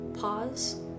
Pause